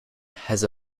has